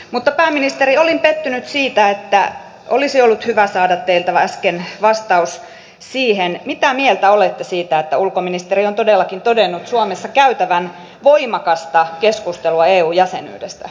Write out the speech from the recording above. mutta pääministeri olin pettynyt siitä että olisi ollut hyvä saada teiltä äsken vastaus siihen mitä mieltä olette siitä että ulkoministeri on todellakin todennut suomessa käytävän voimakasta keskustelua eu jäsenyydestä